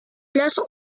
place